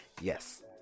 Yes